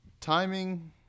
Timing